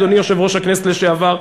אדוני יושב-ראש הכנסת לשעבר,